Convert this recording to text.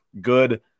good